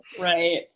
Right